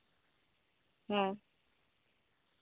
ᱦᱩᱸ